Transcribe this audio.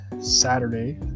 Saturday